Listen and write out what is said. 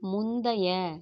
முந்தைய